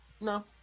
No